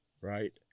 Right